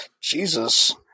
Jesus